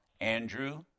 Andrew